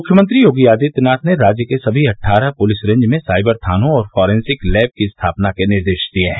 मुख्यमंत्री योगी आदित्यनाथ ने राज्य के सभी अट्ठारह पुलिस रेंज में साइबर थानों और फॉरेंसिक लैब की स्थापना के निर्देश दिए हैं